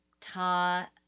ta